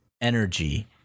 energy